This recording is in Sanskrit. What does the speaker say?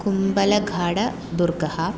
कुम्बलघाडदुर्गः